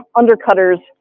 undercutters